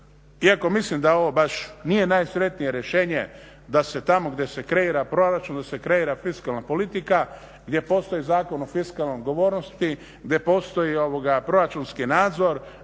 iako mislim da ovo baš nije najsretnije rješenje da se tamo gdje se kreira proračun da se kreira fiskalna politika, gdje postoji Zakon o fiskalnoj odgovornosti, gdje postoji proračunski nadzor,